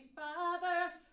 fathers